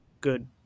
good